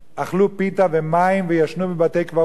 אכלו פיתה ומים וישנו בבתי-קברות,